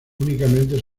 únicamente